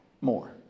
more